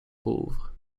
pauvre